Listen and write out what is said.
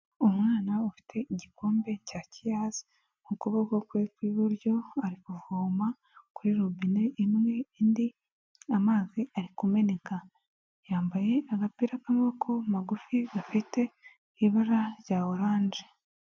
Umwana ufite igikombe cya kiyazi mu kuboko kwe kw'iburyo ari kuvoma, kuri robine imwe indi amazi ari kumeneka, yambaye agapira k'amaboko magufi gafite ibara rya oranje.